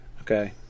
Okay